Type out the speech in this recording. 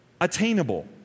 attainable